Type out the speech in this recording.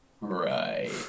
Right